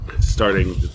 starting